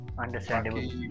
Understandable